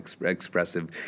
expressive